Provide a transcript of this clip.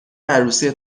عروسی